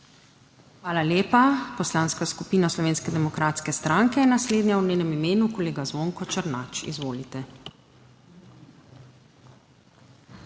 Hvala lepa. Poslanska skupina Slovenske demokratske stranke je naslednja, je v njenem imenu kolega Zvonko Černač. Izvolite.